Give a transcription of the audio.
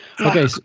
Okay